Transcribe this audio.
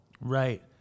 Right